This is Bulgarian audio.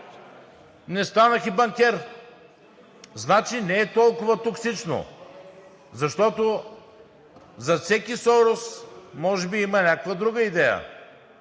Не станах и банкер, значи не е толкова токсично. Защото зад всеки Сорос може би има някаква друга идея.